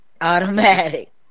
Automatic